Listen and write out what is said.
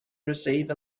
receive